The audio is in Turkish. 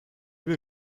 bir